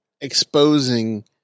exposing –